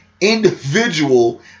individual